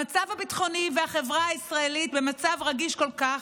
המצב הביטחוני והחברה הישראלית במצב רגיש כל כך,